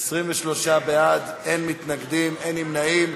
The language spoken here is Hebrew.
ביטול הגבלת רישיון נהיגה),